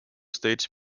states